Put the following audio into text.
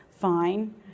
fine